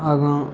आगाँ